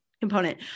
component